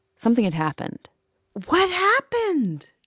something had happened what happened?